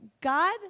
God